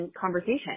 Conversation